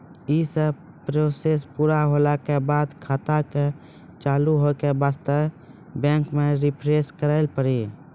यी सब प्रोसेस पुरा होला के बाद खाता के चालू हो के वास्ते बैंक मे रिफ्रेश करैला पड़ी?